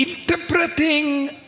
interpreting